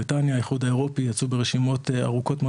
בריטניה והאיחוד האירופי יצאו ברשימות ארוכות מאוד